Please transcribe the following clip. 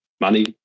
money